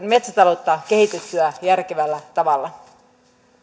metsätaloutta kehitettyä järkevällä tavalla